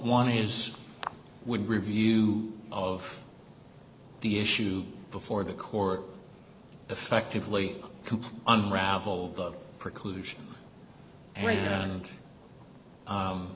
one is would review of the issue before the court effectively unraveled the preclusion and